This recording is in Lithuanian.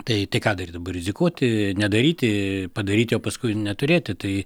tai ką darytum rizikuoti nedaryti padaryti o paskui neturėti tai